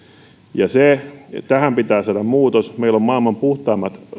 ja tähän pitää saada muutos meillä on maailman puhtaimmat